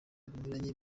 binyuranye